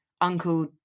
uncle